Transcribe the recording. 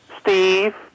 Steve